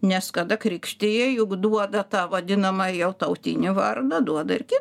nes kada krikštija juk duoda tą vadinamą jau tautinį vardą duoda ir kitą